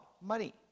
money